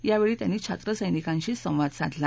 यावेळी त्यांनी छात्रसैनिकांशी संवाद साधला